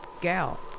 gal